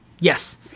yes